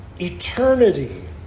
eternity